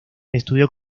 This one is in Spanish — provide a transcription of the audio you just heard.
estudió